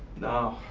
no.